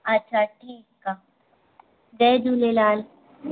अच्छा ठीकु आहे जय झूलेलाल